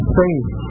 faith